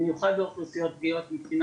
במיוחד באוכלוסיות פגיעות מבחינה